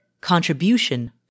contribution